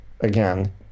again